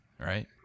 right